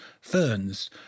ferns